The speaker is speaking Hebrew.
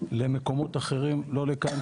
למקומות אחרים ולא לכאן,